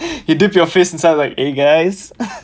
you dip your face inside like !hey! guys